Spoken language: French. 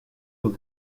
aux